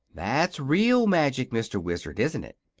that's real magic, mr. wizard isn't it?